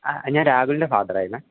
ആ ഞാൻ രാഹുലിൻ്റെ ഫാദറായിരുന്നു